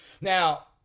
Now